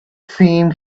seemed